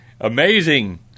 Amazing